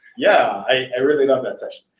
yeah, i really love that session.